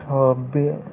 अभे